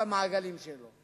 במעגלים שלו.